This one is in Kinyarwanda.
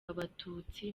abatutsi